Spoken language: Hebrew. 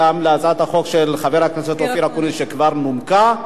חבר הכנסת יעקב כץ,